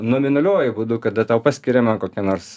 nominaliuoju būdu kada tau paskiriama kokia nors